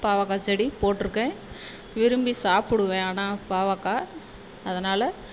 பாவக்காய் செடி போட்டிருக்கேன் விரும்பி சாப்பிடுவேன் ஆனால் பாவக்காய் அதனாலே